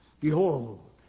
Behold